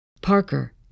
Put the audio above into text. Parker